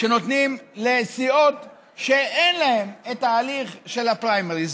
שנותנים לסיעות שאין להן את ההליך של הפריימריז.